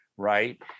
Right